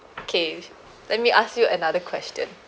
okay let me ask you another question